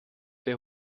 der